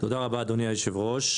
תודה רבה, אדוני היושב ראש.